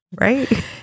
Right